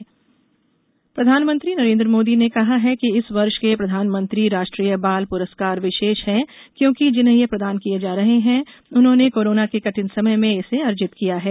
प्रधानमंत्री राष्ट्रीय बाल पुरस्कार प्रधानमंत्री नरेंद्र मोदी ने कहा है कि इस वर्ष के प्रधानमंत्री राष्ट्रीय बाल पुरस्कार विशेष हैं क्योंकि जिन्हें ये प्रदान किए जा रहे हैं उन्होंने कोरोना के कठिन समय में इसे अर्जित किया है